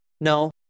No